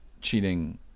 cheating